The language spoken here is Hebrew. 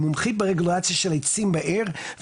מומחית ברגולציה של עצים בעיר.